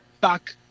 back